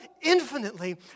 infinitely